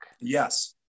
yes